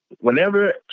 whenever